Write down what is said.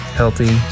healthy